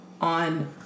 on